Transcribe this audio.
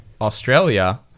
Australia